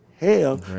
hell